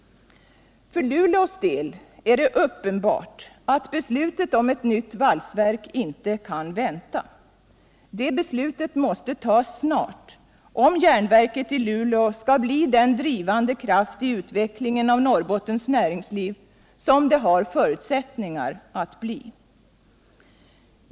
För Luleås del är det uppenbart att beslutet om ett nytt valsverk inte kan vänta. Det beslutet måste tas snart, om järnverket i Luleå skall bli den drivande kraft i utvecklingen av Norrbottens näringsliv som det har förutsättningar att bli.